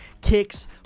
Kicks